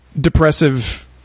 depressive